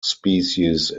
species